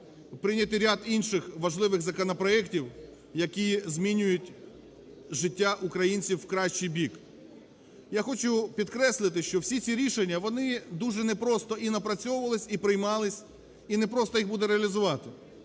прийняти ряд інших важливих законопроектів, які змінюють життя українців в кращий бік. Я хочу підкреслити, що всі ці рішення, вони дуже не просто і напрацьовувалися, і приймалися, і не просто їх буде реалізувати.